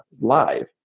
live